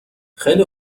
خیلی